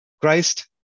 Christ